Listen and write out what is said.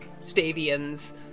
Stavians